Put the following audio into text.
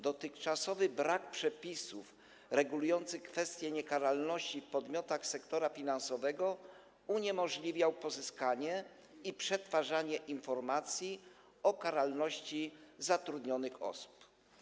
Dotychczasowy brak przepisów regulujących kwestię niekaralności w podmiotach sektora finansowego uniemożliwiał pozyskiwanie i przetwarzanie informacji o karalności zatrudnionych osób.